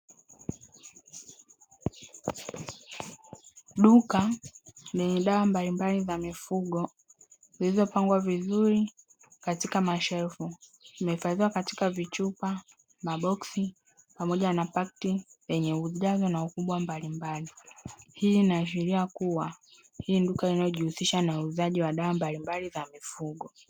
Duka lenye dawa mbalimbali za mifugo zilizo pangwa vizuri katika mashelfu, zimehifadhiwa katika vichupa, maboksi pamoja na pakti zenye ujazo na ukubwa mbalimbali. Hii inaashiria kuwa hili ni duka linalojihisisha na uuzaji wa dawa mbalimbali za mifugo.